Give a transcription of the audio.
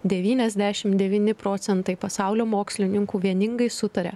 devyniasdešimt devyni procentai pasaulio mokslininkų vieningai sutaria